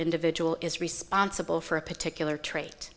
individual is responsible for a particular trait